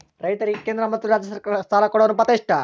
ರೈತರಿಗೆ ಕೇಂದ್ರ ಮತ್ತು ರಾಜ್ಯ ಸರಕಾರಗಳ ಸಾಲ ಕೊಡೋ ಅನುಪಾತ ಎಷ್ಟು?